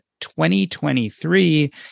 2023